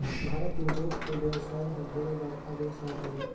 भारत में दूद के बेवसाय हर ढेरे बड़खा बेवसाय हवे